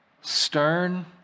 stern